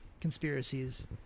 conspiracies